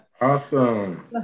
Awesome